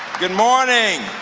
good morning.